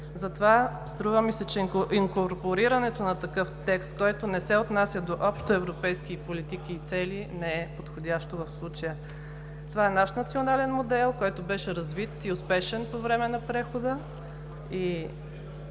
Затова ми се струва, че инкорпорирането на такъв текст, който не се отнася до общо европейски политики и цели, не е подходящо в случая. Това е наш национален модел, който беше развит и успешен по време на прехода,